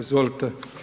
Izvolite.